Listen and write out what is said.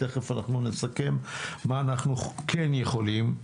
תכף אנחנו נסכם מה אנחנו כן יכולים לעשות.